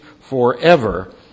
forever